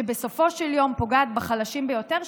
שבסופו של יום פוגעת בחלשים ביותר,